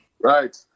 Right